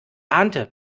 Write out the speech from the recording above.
ahnte